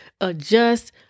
adjust